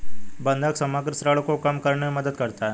बंधक समग्र ऋण को कम करने में मदद करता है